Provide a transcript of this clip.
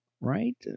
right